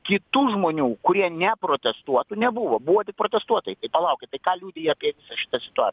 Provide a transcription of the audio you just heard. kitų žmonių kurie neprotestuotų nebuvo buvo tik protestuotojai palaukit tai ką liudija apie visą šitą